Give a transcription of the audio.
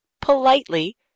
politely